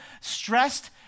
stressed